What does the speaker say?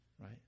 right